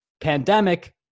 pandemic